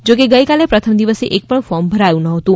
જો કે ગઇકાલે પ્રથમ દિવસે એકપણ ફોર્મ ભરાયું નહોતું